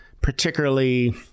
particularly